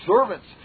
servants